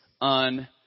on